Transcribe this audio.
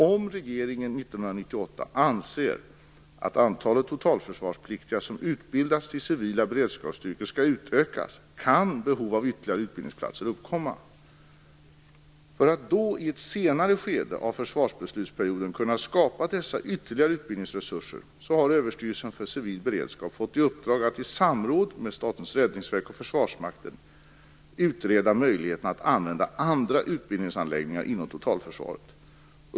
Om regeringen 1998 anser att antalet totalförsvarspliktiga som utbildas till civila beredskapsstyrkor skall utökas kan behov av ytterligare utbildningsplatser uppkomma. För att då i ett senare skede av försvarsbeslutsperioden kunna skapa dessa ytterligare utbildningsresurser har Överstyrelsen för civil beredskap fått i uppdrag att i samråd med Statens räddningsverk och Försvarsmakten utreda möjligheterna att använda andra utbildningsanläggningar inom totalförsvaret.